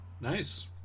nice